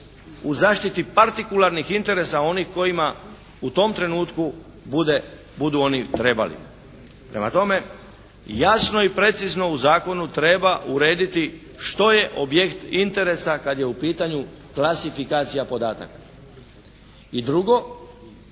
u zaštiti partikularnih interesa onih kojima u tom trenutku budu oni trebali. Prema tome, jasno i precizno u zakonu treba urediti što je objekt interesa kad je u pitanju klasifikacija podataka. I drugo,